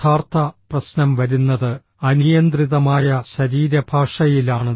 യഥാർത്ഥ പ്രശ്നം വരുന്നത് അനിയന്ത്രിതമായ ശരീരഭാഷയിലാണ്